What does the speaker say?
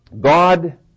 God